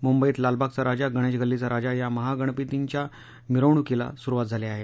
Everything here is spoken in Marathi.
मुंबईत लालबागचा राजा गणेशगल्लीचा राजा या महागणपतींच्या मिरवणूकीला सुरुवात झाली आहे